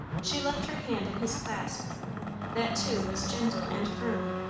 she left her hand in his clasp that too was gentle and firm,